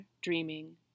dreaming